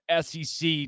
SEC